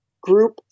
group